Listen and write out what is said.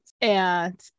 and-